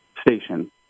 station